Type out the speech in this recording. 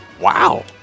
Wow